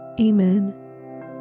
Amen